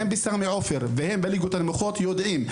הן בסמי עופר והן בליגות הנמוכות יודעים,